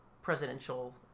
presidential